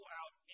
out